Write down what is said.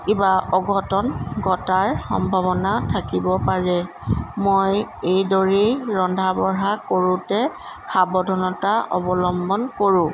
কিবা অঘটন ঘটাৰ সম্ভাৱনা থাকিব পাৰে মই এইদৰেই ৰন্ধা বঢ়া কৰোঁতে সাৱধানতা অৱলম্বন কৰোঁ